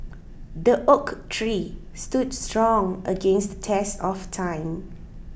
the oak tree stood strong against the test of time